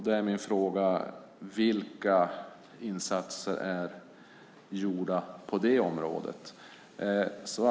Då är min fråga: Vilka insatser är gjorda på detta område?